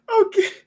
Okay